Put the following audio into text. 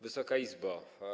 Wysoka Izbo!